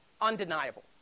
undeniable